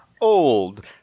old